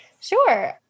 Sure